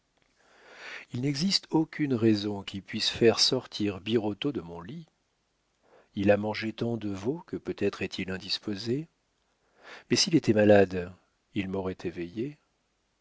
il n'existe aucune raison qui puisse faire sortir birotteau de mon lit il a mangé tant de veau que peut-être est-il indisposé mais s'il était malade il m'aurait éveillée